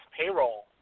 payroll